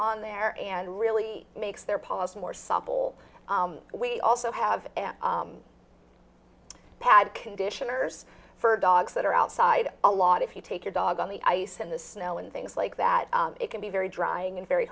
on there and really makes their paws more supple we also have pad conditioners for dogs that are outside a lot if you take a dog on the ice in the snow and things like that it can be very drying and very